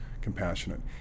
compassionate